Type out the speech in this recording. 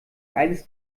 eines